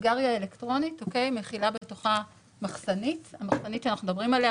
סיגריה אלקטרונית מכילה בתוכה מחסנית והמחסנית שאנחנו מדברים עליה,